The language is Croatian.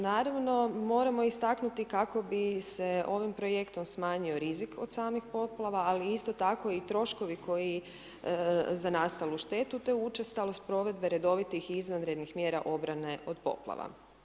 Naravno, moramo istaknuti kako bi se ovim projektom smanjio rizik od samih poplava, ali isto tako i troškovi koji za nastalu štetu te učestalost provedbe redovitih i izvanrednih mjera obrane od poplava.